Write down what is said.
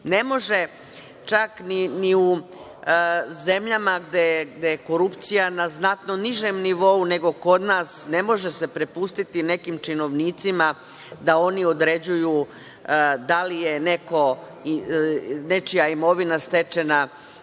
može čak ni u zemljama gde je korupcija na znatno nižem nivou nego kod nas, ne može se prepustiti nekim činovnicima da oni određuju da li je nečija imovina stečena